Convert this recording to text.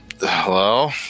Hello